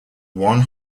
one